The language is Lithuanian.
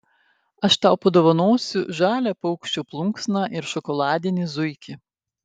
aš tau padovanosiu žalią paukščio plunksną ir šokoladinį zuikį